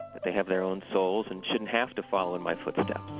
that they have their own souls and shouldn't have to follow in my footsteps